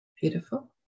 Beautiful